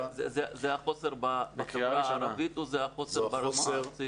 זה החוסר בחברה הערבית או החוסר ברמה הארצית?